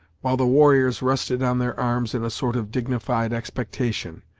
while the warriors rested on their arms in a sort of dignified expectation.